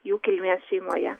jų kilmės šeimoje